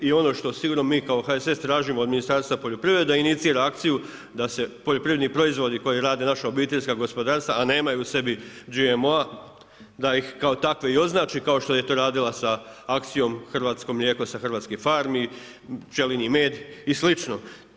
I ono što sigurno mi kao HSS tražimo od Ministarstva poljoprivrede da inicira akciju da se poljoprivredni proizvodi koji rade naši OPG-ovi a nemaju u sebi GMO-a, da ih kao takve i označi kao što je to radila sa akcijom hrvatsko mlijeko sa hrvatskih farmi, pčelinji med i slično.